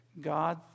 God